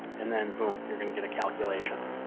and then, boom! you're going to get a calculation.